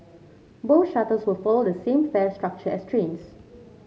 both shuttles will follow the same fare structure as trains